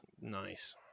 Nice